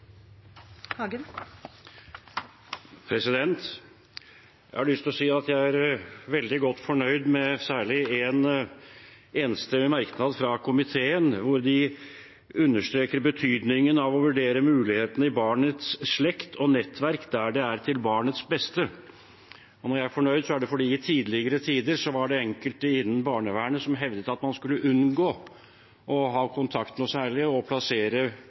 grunn. Jeg er veldig godt fornøyd med særlig én enstemmig merknad fra komiteen der vi understreker «betydningen av å vurdere muligheter i barnets slekt og nettverk der det er til barnets beste». Når jeg er fornøyd, er det fordi det i tidligere tider var enkelte innen barnevernet som hevdet at man skulle unngå å ha noe særlig kontakt med og plassere